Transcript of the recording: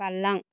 बारलां